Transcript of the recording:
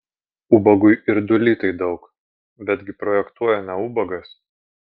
ubagui ir du litai daug betgi projektuoja ne ubagas